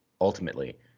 ultimately